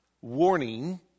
warning